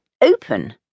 open